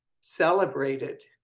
celebrated